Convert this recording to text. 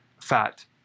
fat